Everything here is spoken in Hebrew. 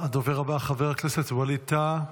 הדובר הבא, חבר הכנסת ווליד טאהא,